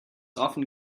often